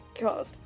God